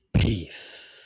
Peace